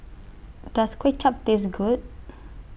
Does Kuay Chap Taste Good